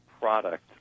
product